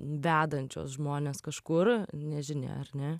vedančios žmones kažkur nežinia ar ne